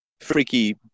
freaky